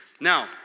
Now